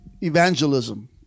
evangelism